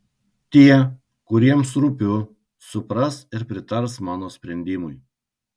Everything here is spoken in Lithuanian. tie kuriems rūpiu supras ir pritars mano sprendimui